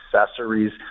accessories